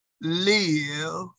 live